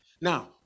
Now